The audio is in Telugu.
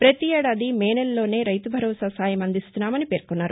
ప్రతి ఏడాది మే నెలలోనే రైతు భరోసా సాయం అందిస్తున్నామని పేర్కొన్నారు